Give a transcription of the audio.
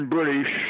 British